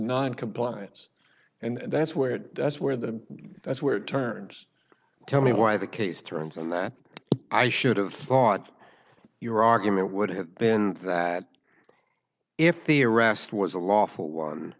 noncompliance and that's where that's where the that's where it turns tell me why the case turns on that i should have thought your argument would have been that if the arrest was a lawful one